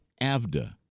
AVDA